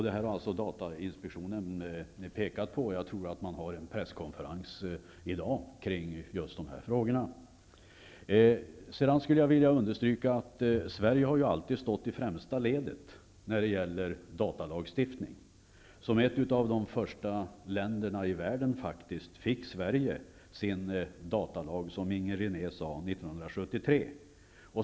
Detta har datainspektionen pekat på nu. Jag tror att man har en presskonferens i dag kring just de här frågorna. Sedan vill jag understryka att Sverige har ju alltid stått i främsta ledet när det gäller datalagstiftning. Sverige fick sin datalag, som ett av de första länderna i världen, som Inger René sade, 1973.